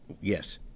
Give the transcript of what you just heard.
Yes